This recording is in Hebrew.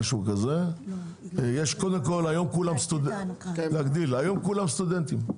היום כולם סטודנטים.